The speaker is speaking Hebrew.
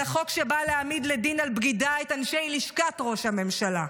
אלא חוק שבא להעמיד לדין על בגידה את אנשי לשכת ראש הממשלה.